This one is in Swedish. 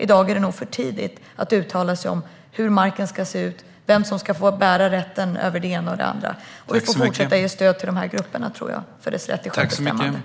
I dag är det för tidigt att uttala sig om hur marken ska se ut och vem som ska få bära rätten över det ena eller andra. Vi får fortsätta att ge stöd till dessa grupper för deras rätt till självbestämmande.